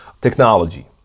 technology